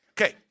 Okay